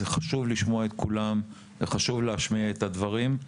זה חשוב לשמוע את כולם וחשוב לשמוע את הדברים.